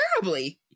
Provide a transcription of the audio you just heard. terribly